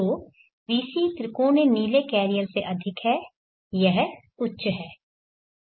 तो vc त्रिकोणीय नीले कैरियर से अधिक है यह उच्च है